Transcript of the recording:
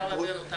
נעביר את זה